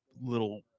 little